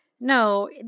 no